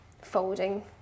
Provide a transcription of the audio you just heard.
folding